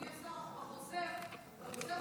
בחוזר לא כתוב,